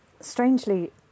Strangely